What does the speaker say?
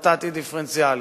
נתתי דיפרנציאלי,